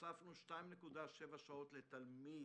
2.7 שעות לתלמיד,